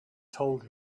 told